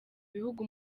bihugu